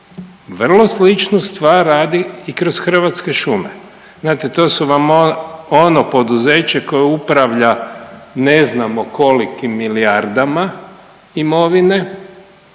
vrlo sličnu stvar radi i kroz Hrvatske šume. Znate to su vam ono poduzeće koje upravlja ne znamo kolikim milijardama imovine